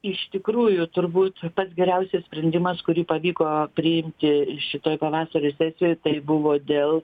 iš tikrųjų turbūt pats geriausias sprendimas kurį pavyko priimti šitoj pavasario sesijoj tai buvo dėl